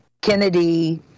Kennedy